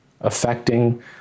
affecting